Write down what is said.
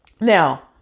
Now